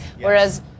whereas